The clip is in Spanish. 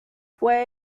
fue